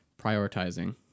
prioritizing